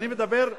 בירושלים?